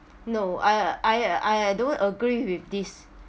no I I I don't agree with this